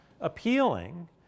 appealing